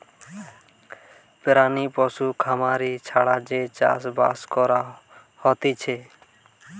প্রাণী পশু খামারি ছাড়া যে চাষ বাস করা হতিছে